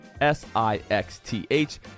S-I-X-T-H